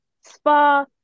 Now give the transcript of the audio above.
Spa